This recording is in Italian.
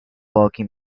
pochi